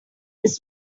this